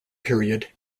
period